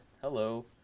Hello